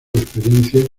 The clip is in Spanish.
experiencia